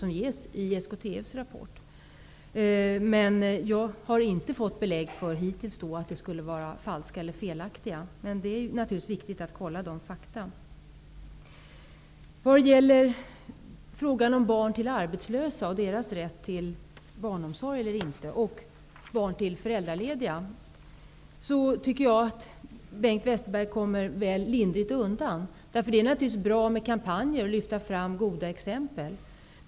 Jag har i alla fall inte hittills fått belägg för att uppgifterna i rapporten skulle vara falska eller felaktiga. Naturligtvis är det viktigt att kontrollera dessa fakta. Så till frågan om barn till arbetslösa och deras rätt till barnomsorg eller inte och om barn till föräldralediga. Här tycker jag att Bengt Westerberg kommer litet väl lindrigt undan. Naturligtvis är det bra med kampanjer och att lyfta fram goda exempel.